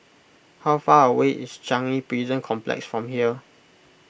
how far away is Changi Prison Complex from here